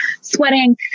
sweating